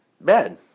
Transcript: bad